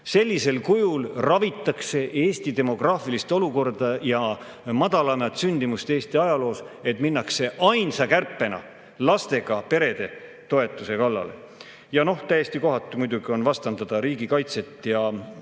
Sellisel viisil ravitakse Eesti demograafilist olukorda ja madalaimat sündimust Eesti ajaloos, et minnakse ainsa kärpena lastega perede toetuse kallale. Ja noh, täiesti kohatu muidugi on vastandada riigikaitset ja